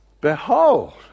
behold